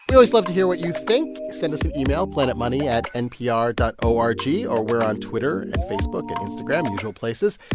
but always love to hear what you think. send us an email planetmoney at npr dot o r g. or we're on twitter and facebook and instagram usual places.